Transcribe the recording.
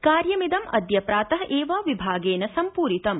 कार्यमिदं अद्य प्रात एव विभागेन सम्पूरितम्